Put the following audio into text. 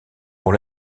pour